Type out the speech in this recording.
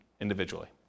individually